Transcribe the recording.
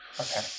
Okay